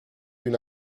une